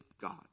God